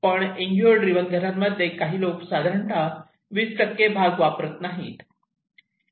पण NGO driven घरांमध्ये काही लोक साधारणत २० भाग वापरत नाहीत